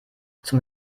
zum